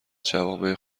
جوامع